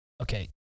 Okay